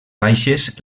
baixes